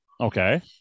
Okay